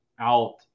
out